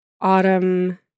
Autumn